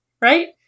Right